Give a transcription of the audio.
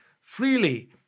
freely